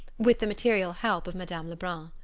with the material help of madame lebrun.